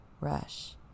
rush